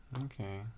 okay